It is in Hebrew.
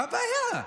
מה הבעיה?